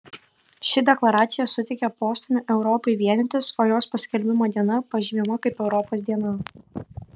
ši deklaracija suteikė postūmį europai vienytis o jos paskelbimo diena pažymima kaip europos diena